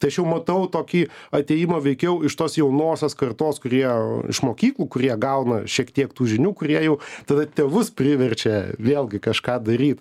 tai aš jau matau tokį atėjimą veikiau iš tos jaunosios kartos kurie iš mokyklų kurie gauna šiek tiek tų žinių kurie jau tada tėvus priverčia vėlgi kažką daryt